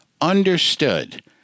understood